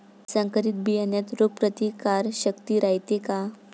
संकरित बियान्यात रोग प्रतिकारशक्ती रायते का?